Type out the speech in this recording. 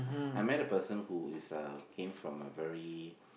I met a person who is uh came from a very